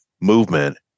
movement